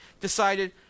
decided